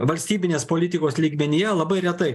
valstybinės politikos lygmenyje labai retai